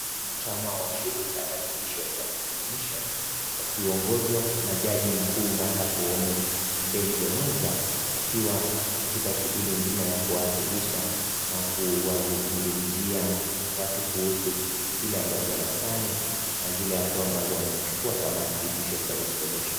Wanachama washirika la Judicial service commision wakiongozwa na jaji mkuu Martha Koome na David Omwanza wakiwa katika shughuli nzima ya kuwashilisha na kuwazungumzia watu kuhusu kile ambacho wanafanya na zile hatua ambazo wamechukua kama Judicial service commision.